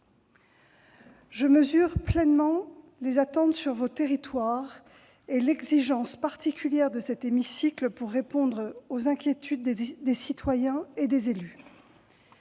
Je mesure pleinement les attentes dans vos territoires et l'exigence particulière, dans cet hémicycle, d'une réponse aux inquiétudes des citoyens et des élus.